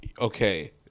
Okay